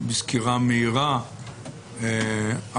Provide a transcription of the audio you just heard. בסקירה מהירה אחורנית,